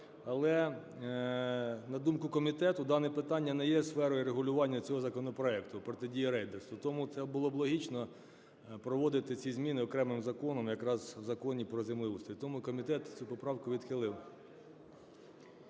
Але, на думку комітету, дане питання не є сферою регулювання цього законопроекту – протидія рейдерству. Тому це було б логічно проводити ці зміни окремим законом, якраз в Законі "Про землеустрій". Тому комітет цю поправку відхилив.